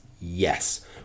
yes